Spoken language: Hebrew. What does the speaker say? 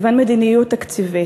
לבין מדיניות תקציבית.